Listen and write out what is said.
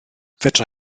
fedra